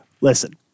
Listen